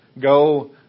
Go